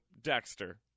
Dexter